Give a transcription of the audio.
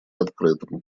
открытым